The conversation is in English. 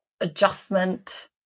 adjustment